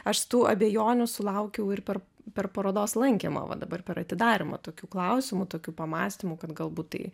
aš tų abejonių sulaukiau ir per per parodos lankymą va dabar per atidarymą tokių klausimų tokių pamąstymų kad galbūt tai